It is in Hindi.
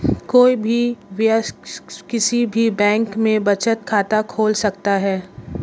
कोई भी वयस्क किसी भी बैंक में बचत खाता खोल सकता हैं